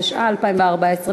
התשע"ה 2014,